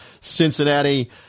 Cincinnati